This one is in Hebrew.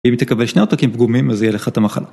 אם תקבל שני עותקים פגומים אז יהיה לך את המחלה